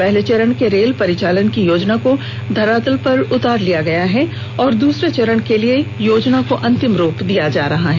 पहले चरण के रेल परिचालन की योजना को धरातल पर उतार दिया गया है और दूसरे चरण के लिए योजना को अंतिम रूप दिया जा रहा है